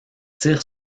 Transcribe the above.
tire